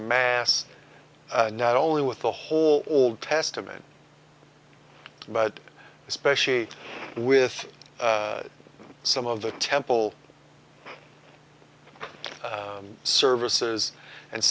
mass not only with the whole old testament but especially with some of the temple services and